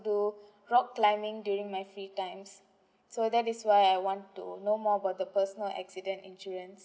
do rock climbing during my free times so that is why I want to know more about the personal accident insurance